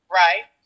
right